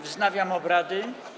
Wznawiam obrady.